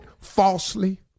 falsely